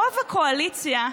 רוב הקואליציה,